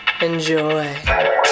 Enjoy